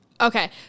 Okay